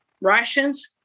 rations